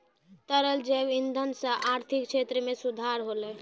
तरल जैव इंधन सँ आर्थिक क्षेत्र में सुधार होलै